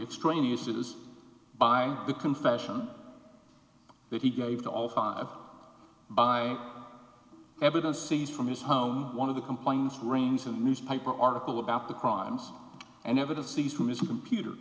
extraneous that is by the confession that he gave to all five by evidence seized from his home one of the complaints reigns in a newspaper article about the crimes and evidence seized from is computer